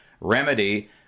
remedy